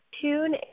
tune